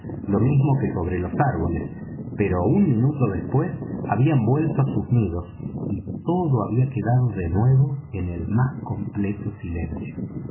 lo mismo que sobre los árboles pero un minuto después habían vuelto á sus nidos y todo había quedado de nuevo en el más completo silencio